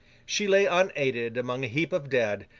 she lay unaided among a heap of dead,